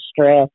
stress